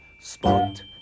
spot